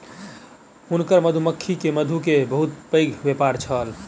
हुनकर मधुमक्खी के मधु के बहुत पैघ व्यापार छल